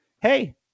Hey